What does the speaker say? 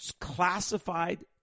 classified